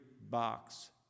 box